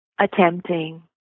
attempting